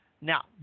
Now